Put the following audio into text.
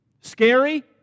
Scary